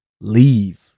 leave